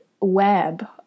web